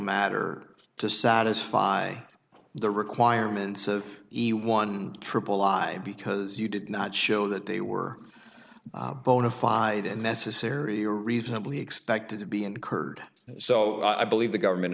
matter to satisfy the requirements of the one triple lie because you did not show that they were bona fide and necessary or reasonably expected to be incurred so i believe the government